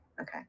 Okay